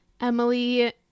Emily